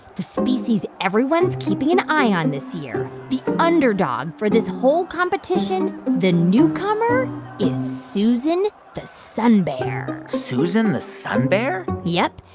the species everyone's keeping an eye on this year, the underdog for this whole competition the newcomer is susan the sun bear susan the sun bear yep.